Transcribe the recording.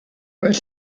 was